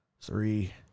three